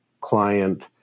client